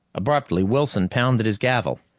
abruptly wilson pounded his gavel.